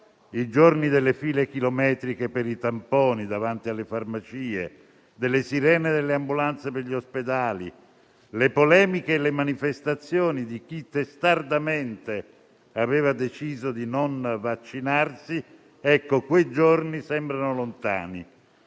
I giorni delle file chilometriche per i tamponi davanti alle farmacie, delle sirene delle ambulanze per gli ospedali, delle polemiche e delle manifestazioni di chi testardamente aveva deciso di non vaccinarsi sembrano lontani,